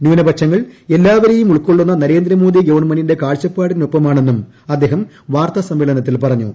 ന്യൂനപക്ഷങ്ങൾ എല്ലാവരെയും ഉൾക്കൊള്ളുന്ന നരേന്ദ്രമോദി ഗവണ്മെന്റിന്റെ കാഴ്ചപ്പാടിനൊപ്പമാണെന്നും അദ്ദേഹം വാർത്താസമ്മേളനത്തിൽ പറഞ്ഞു